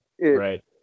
Right